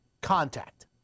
contact